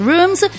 Rooms